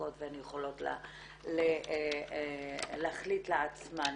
חזקות והן יכולות להחליט לעצמן.